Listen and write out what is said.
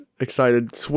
excited